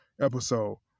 episode